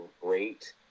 great